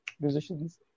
musicians